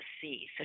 see